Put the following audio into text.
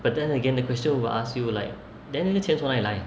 but then again the question will ask you like then 那个钱从哪里来